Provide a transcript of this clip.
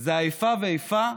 זה האיפה ואיפה,